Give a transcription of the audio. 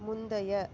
முந்தைய